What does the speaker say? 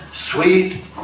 sweet